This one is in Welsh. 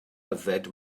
yfed